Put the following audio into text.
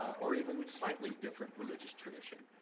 or even slightly different religious tradition,